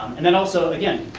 and then also, again,